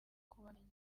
kubamenya